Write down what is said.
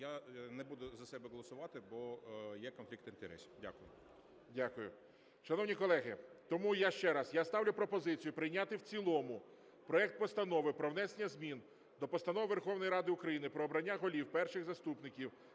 Я не буду за себе голосувати, бо є конфлікт інтересів. Дякую. ГОЛОВУЮЧИЙ. Дякую. Шановні колеги, тому я ще раз, я ставлю пропозицію прийняти в цілому проект Постанови про внесення змін до Постанови Верховної Ради України "Про обрання голів, перших заступників,